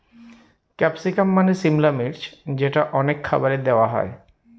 capsicum মানে সিমলা মির্চ যেটা অনেক খাবারে দেওয়া হয়